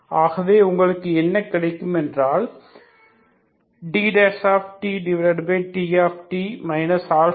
ஆகவே உங்களுக்கு என்ன கிடைக்கும் என்றால் TtT 2XxXx0